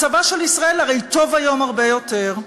מצבה של ישראל הרי טוב היום הרבה יותר.